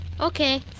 Okay